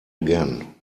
again